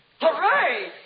Hooray